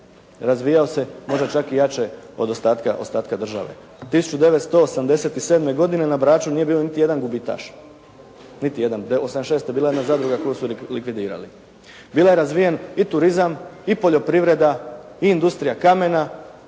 razvijao se možda čak i jače od ostatka države. 1987. godine na Braču nije bio niti jedan gubitaš, niti jedan '86. bila je jedna zadruga koju su likvidirali. Bio je razvijen i turizam i poljoprivreda, i industrija kamena,